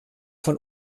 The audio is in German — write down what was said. von